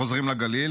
חוזרים לגליל",